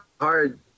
hard